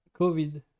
Covid